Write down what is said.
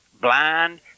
blind